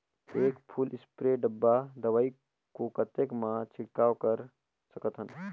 एक full spray डब्बा दवाई को कतेक म छिड़काव कर सकथन?